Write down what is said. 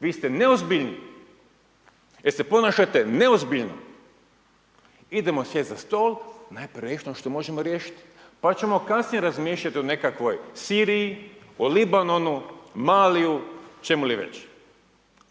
Vi ste neozbiljni jel se ponašate neozbiljno, idemo sjesti za stol, najprije riješiti ono što možemo riješiti, pa ćemo kasnije razmišljati o nekakvoj Siriji, o Libanonu, Maliju, čemu li već.